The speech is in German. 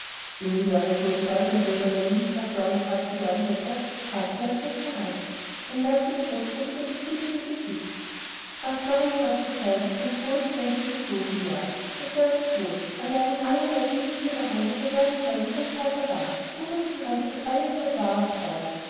ihnen wäre es wohl bedeutend lieber wenn er nicht graf dorincourt zu werden hätte fragte er etwas gereizt ein leichtes rot flog über das liebliche gesicht graf dorincourt zu sein ist ein hohes glänzendes los mylord das weiß ich wohl allein am meisten liegt mir daran daß er werden soll wie sein vater war gut und gerecht und allezeit wahr und treu